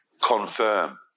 confirm